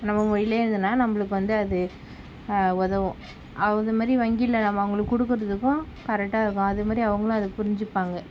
நம்ம மொழியில் இருந்ததுன்னா நம்மளுக்கு வந்து அது உதவும் அதுமாதிரி வங்கியில் நம்ம அவங்களுக்கு கொடுக்குறதுக்கும் கரெக்ட்டாக இருக்கும் அது மாதிரி அவங்களும் அதை புரிஞ்சுப்பாங்க